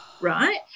right